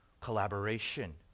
collaboration